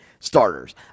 starters